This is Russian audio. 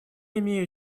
имею